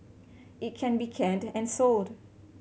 it can be canned and sold